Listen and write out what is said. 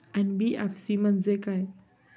NBFC म्हणजे काय?